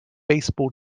baseball